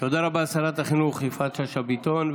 תודה רבה לשרת החינוך יפעת שאשא ביטון.